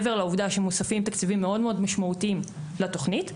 מעבר לעובדה שמוספים תקציבים מאוד משמעותיים לתכנית,